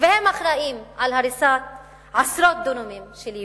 והם אחראים להריסת עשרות דונמים של יבולים.